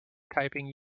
typing